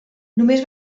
només